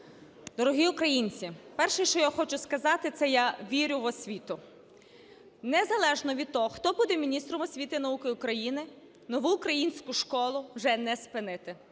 Дорогі українці! Перше, що я хочу сказати – це я вірю в освіту. Незалежно від того, хто буде міністром освіти і науки України, "Нову українську школу" вже не спинити,